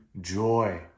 joy